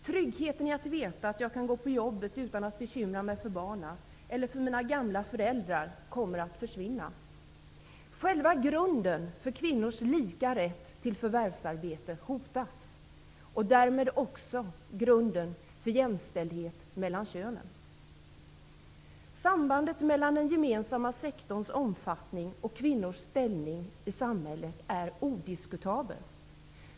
Tryggheten i att veta att jag kan gå på jobbet utan att bekymra mig för barnen eller för mina gamla föräldrar kommer att försvinna. Själva grunden för kvinnors lika rätt till förvärvsarbete hotas och därmed också grunden för jämställdhet mellan könen. Sambandet mellan den gemensamma sektorns omfattning och kvinnors ställning i samhället är odiskutabelt.